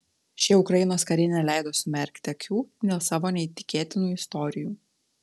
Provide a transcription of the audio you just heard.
šie ukrainos kariai neleido sumerkti akių dėl savo neįtikėtinų istorijų